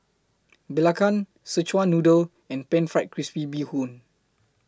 Belacan Szechuan Noodle and Pan Fried Crispy Bee Hoon